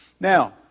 Now